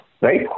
right